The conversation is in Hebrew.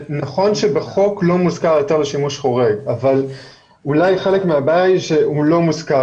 שבחוק לא מוזכר שימוש חורג אבל חלק מהבעיה היא שהוא לא מוזכר